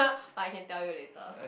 but I can tell you later